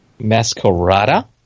Masquerada